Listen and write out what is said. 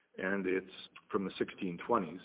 and it's from the sixteen twenty